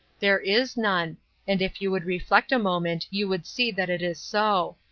there is none and if you would reflect a moment you would see that it is so.